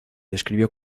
describió